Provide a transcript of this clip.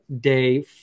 day